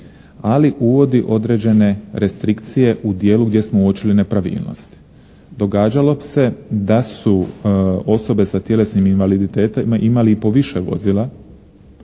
ali uvodi određene restrikcije u dijelu gdje smo uočili nepravilnosti. Događalo bi se da su osobe sa tjelesnim invaliditetima imali i po više vozila,